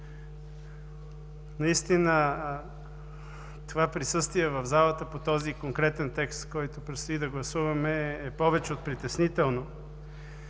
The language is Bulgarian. Наистина това присъствие в залата по този конкретен текст, който предстои да гласуваме, е повече от притеснително.